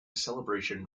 celebration